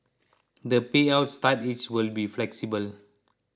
the payout start age will be flexible